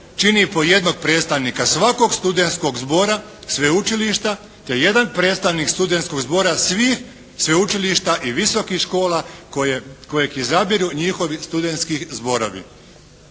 čini po jednog predstavnika svakog studentskog zbora, sveučilišta te jedan predstavnik studentskog zbora svih sveučilišta i visokih škola kojeg izabiru njihovi studentski zborovi.